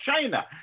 China